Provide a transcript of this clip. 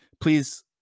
Please